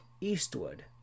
Eastwood